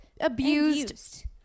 abused